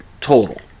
total